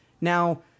Now